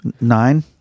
Nine